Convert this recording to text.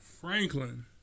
Franklin